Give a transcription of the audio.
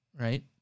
Right